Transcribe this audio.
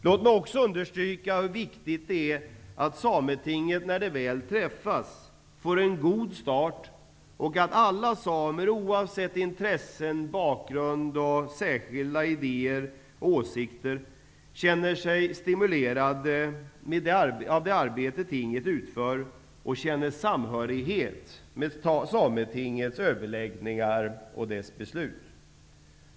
Låt mig också understryka hur viktigt det är att Sametinget, när det väl träffas, får en god start och att alla samer, oavsett intressen, bakgrund och särskilda idéer och åsikter, känner sig stimulerade av det arbete tinget utför och känner samhörighet med Sametingets överläggningar och dess beslut.